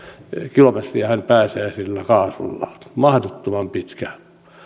kilometriä hän pääsee sillä kaasulla mahdottoman pitkä